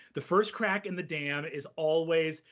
the first crack in the dam is always,